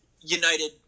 United